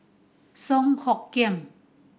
Song Hoot Kiam